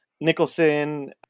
Nicholson